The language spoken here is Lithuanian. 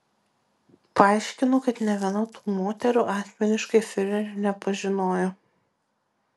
paaiškinu kad nė viena tų moterų asmeniškai fiurerio nepažinojo